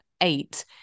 eight